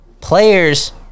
Players